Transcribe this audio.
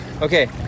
Okay